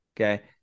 Okay